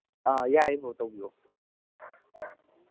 ꯑ ꯌꯥꯏꯌꯦ ꯇꯧꯕꯤꯌꯣ